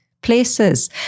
places